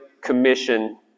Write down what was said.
commission